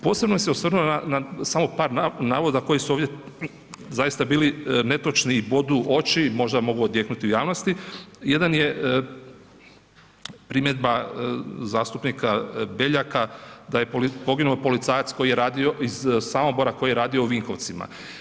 Posebno bi se osvrnuo na samo par navoda koji su ovdje zaista bili netočni i bodu u oči, možda mogu odjeknuti u javnosti, jedan je primjedba zastupnika Beljaka da je poginuo policajac koji je radio, iz Samobora, koji je radio u Vinkovcima.